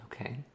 Okay